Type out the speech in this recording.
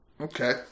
Okay